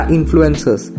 Influencers